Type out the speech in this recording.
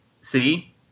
see